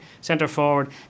centre-forward